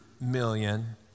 million